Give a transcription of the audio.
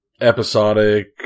episodic